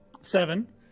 Seven